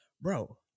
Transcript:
Bro